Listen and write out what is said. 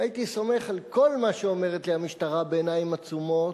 אם הייתי סומך על כל מה שאומרת לי המשטרה בעיניים עצומות